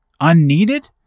unneeded